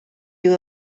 you